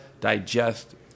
digest